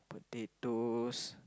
potatoes